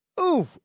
Oof